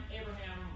Abraham